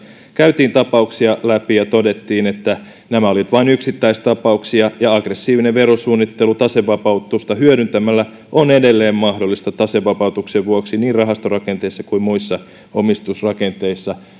käytiin tapauksia läpi ja todettiin että nämä olivat vain yksittäistapauksia ja aggressiivinen verosuunnittelu tasevapautusta hyödyntämällä on edelleen mahdollista tasevapautuksen vuoksi niin rahastorakenteessa kuin muissa omistusrakenteissa